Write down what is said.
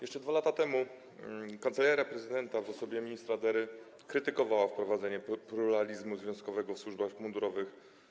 Jeszcze 2 lata temu Kancelaria Prezydenta w osobie ministra Dery krytykowała wprowadzenie pluralizmu związkowego w służbach mundurowych.